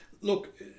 Look